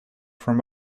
from